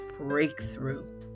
breakthrough